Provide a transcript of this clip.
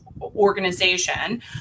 organization